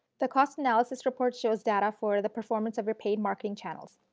the cost analysis report shows data for the performance of your paid marketing channels.